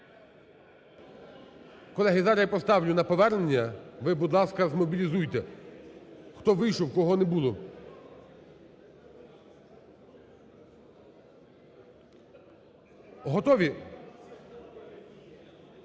Колеги, зараз я поставлю на повернення, ви, будь ласка, змобілізуйте, хто вийшов, кого не було. Готові?